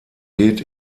geht